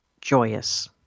joyous